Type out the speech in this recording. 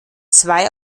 zwei